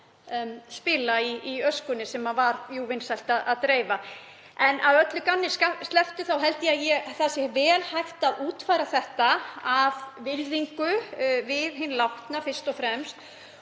að spila í öskunni, sem var jú vinsælt að dreifa. En að öllu gamni slepptu þá held ég að það sé vel hægt að útfæra þetta af virðingu við hinn látna fyrst og fremst.